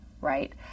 right